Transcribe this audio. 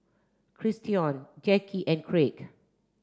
Christion Jacky and Craig